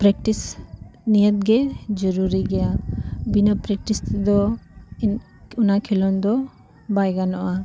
practice ᱱᱤᱦᱟᱹᱛᱜᱮ ᱡᱚᱨᱩᱨᱤ ᱜᱮᱭᱟ ᱵᱤᱱᱟᱹ ᱯᱨᱮᱠᱴᱤᱥ ᱛᱮᱫᱚ ᱚᱱᱟ ᱠᱷᱮᱞᱚᱸᱰ ᱫᱚ ᱵᱟᱭ ᱜᱟᱱᱚᱜᱼᱟ